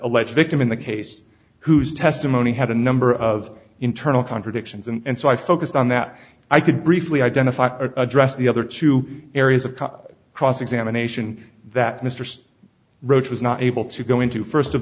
alleged victim in the case whose testimony had a number of internal contradictions and so i focused on that i could briefly identify address the other two areas of cross examination that mr roach was not able to go into first of